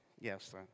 Yes